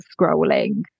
scrolling